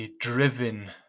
driven